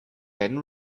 then